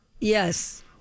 yes